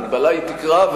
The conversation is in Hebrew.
המגבלה היא תקרה,